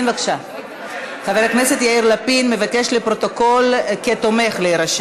47 חבר כנסת בעד, שלושה מתנגדים, אחד נמנע.